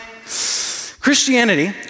Christianity